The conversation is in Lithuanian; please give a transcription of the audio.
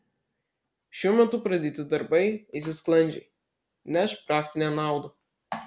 šiuo metu pradėti darbai eisis sklandžiai neš praktinę naudą